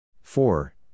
four